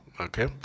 Okay